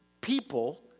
people